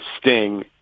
sting